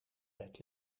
bed